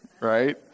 right